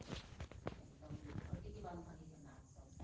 ᱮᱠᱫᱚᱢ ᱟᱹᱰᱤ ᱜᱮ ᱵᱟᱝ ᱵᱷᱟᱹᱜᱤ ᱠᱟᱱᱟ ᱮᱠᱫᱚᱢ